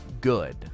good